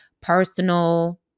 personal